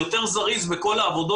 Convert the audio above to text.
לכן,